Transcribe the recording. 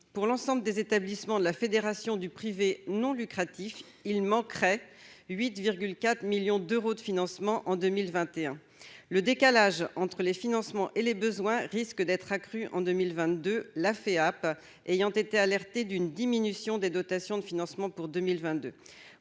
pour l'ensemble des établissements de la fédération du privé non lucratif, il manquerait 8 4 millions d'euros de financements en 2021, le décalage entre les financements et les besoins risquent d'être accrue en 2022 la FEHAP ayant été alertés d'une diminution des dotations de financement pour 2022